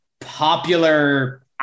popular